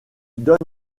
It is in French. donnent